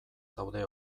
zaude